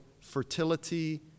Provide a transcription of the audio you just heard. fertility